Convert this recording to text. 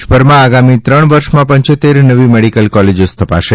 દેશભરમાં આગામી ત્રણ વર્ષમાં પંચોત્તેર નવી મેડીકલ કોલેજો સ્થપાશે